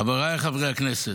חבריי חברי הכנסת,